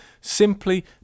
simply